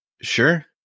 Sure